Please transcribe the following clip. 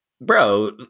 Bro